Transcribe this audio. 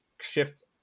shift